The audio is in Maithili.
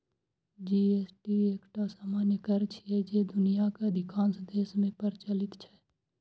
जी.एस.टी एकटा सामान्य कर छियै, जे दुनियाक अधिकांश देश मे प्रचलित छै